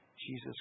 Jesus